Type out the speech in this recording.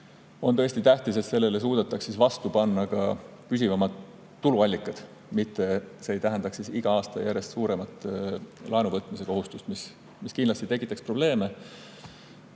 on tõesti tähtis, et sellele suudetakse vastu panna ka püsivamad tuluallikad, et see ei [tooks kaasa] igal aastal järjest suuremat laenuvõtmise kohustust, mis kindlasti tekitaks probleeme.